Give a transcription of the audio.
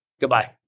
Goodbye